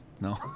No